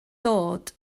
dod